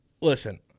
listen